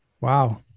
Wow